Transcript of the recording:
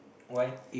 why